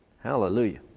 hallelujah